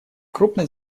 крупной